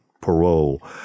parole